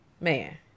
man